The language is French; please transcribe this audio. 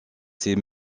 ces